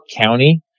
County